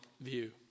view